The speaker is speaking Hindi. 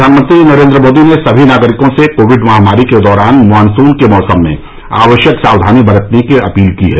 प्रधानमंत्री नरेंद्र मोदी ने सभी नागरिकों से कोविड महामारी के दौरान मानसून के मौसम में आवश्यक सावधानी बरतने की अपील की है